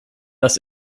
das